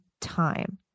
time